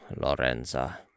Lorenza